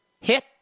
hit